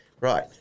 right